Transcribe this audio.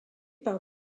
par